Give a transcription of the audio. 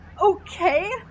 okay